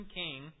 king